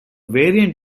variant